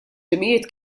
timijiet